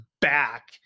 back